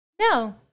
No